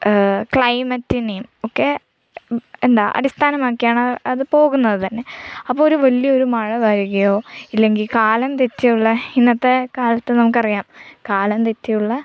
ക്ലൈമറ്റിനെയും ഒക്കെ എന്താ അടിസ്ഥാനമാക്കിയാണ് അത് പോകുന്നത് തന്നെ അപ്പം ഒരു വലിയ ഒരു മഴ വരികയോ ഇല്ലെങ്കിൽ കാലം തെറ്റിയുള്ള ഇന്നത്തെ കാലത്ത് നമുക്കറിയാം കാലം തെറ്റിയുള്ള